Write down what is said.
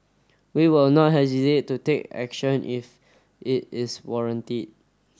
we will not hesitate to take action if it is warranted